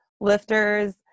lifters